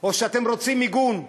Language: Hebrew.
או שאתם רוצים מיגון?